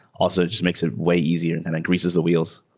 also just makes it way easier and and it greases the wheels